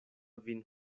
vin